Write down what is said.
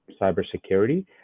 cybersecurity